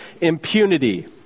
impunity